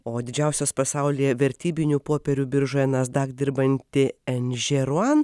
o didžiausios pasaulyje vertybinių popierių biržoje nasdak dirbanti nžė ruan